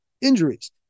injuries